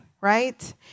right